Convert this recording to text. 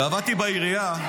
כשעבדתי בעירייה,